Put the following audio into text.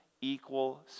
equal